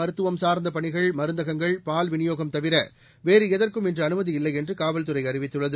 மருத்துவம் சார்ந்த பணிகள் மருந்தகங்கள் பால்விநியோகம் தவிர வேறு எதற்கும் இகன்படி இன்று அனுமதி இல்லை என்று காவல்துறை அறிவித்துள்ளது